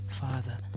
Father